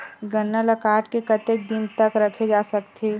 गन्ना ल काट के कतेक दिन तक रखे जा सकथे?